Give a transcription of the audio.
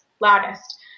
loudest